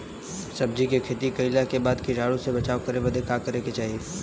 सब्जी के खेती कइला के बाद कीटाणु से बचाव करे बदे का करे के चाही?